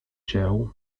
cię